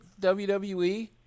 WWE